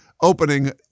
opening